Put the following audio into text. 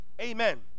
amen